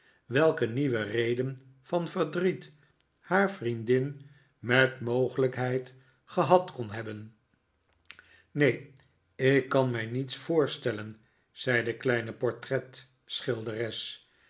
welke nieuwe reden van verdriet haar vriendin met mogelijkheid gehad kon hebben neen ik kan mij niets voorstellen zei de kleine portretschilderes